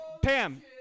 Pam